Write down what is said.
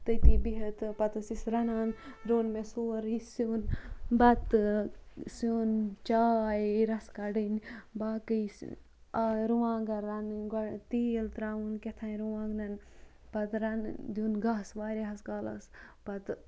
تٔتی بِہِت پَتہٕ ٲسۍ أسۍ رَنان روٚن مےٚ سورُے سِیُن بَتہٕ سِیُن چاے رَس کَڑٕنۍ باقٕے رُوانٛگَن رَنٕنۍ تیٖل تراوُن کیٚتھانۍ رُوانٛگنَن پَتہٕ رَنٕنۍ پَتہٕ دِیُن گَس واریایَہَس کالَس پَتہٕ